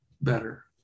better